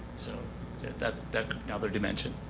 so that's another dimension.